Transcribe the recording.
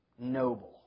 noble